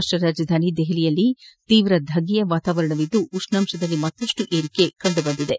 ರಾಷ್ಟ್ಗ ರಾಜಧಾನಿ ದೆಹಲಿಯಲ್ಲಿ ತೀವ್ರ ಧಗೆಯ ವಾತಾವರಣವಿದ್ದು ಉಷ್ಣಾಂಶದಲ್ಲಿ ಮತ್ತಷ್ಟು ಏರಿಕೆ ಕಂಡುಬಂದಿದೆ